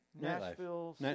Nashville